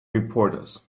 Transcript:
reporters